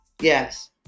Yes